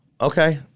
Okay